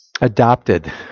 Adopted